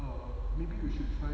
or maybe we should try